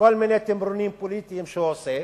כל מיני תמרונים פוליטיים שהוא עושה,